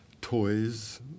toys